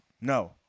No